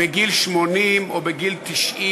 בגיל 80 או בגיל 90,